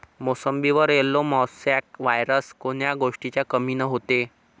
मोसंबीवर yellow mosaic virus कोन्या गोष्टीच्या कमीनं होते?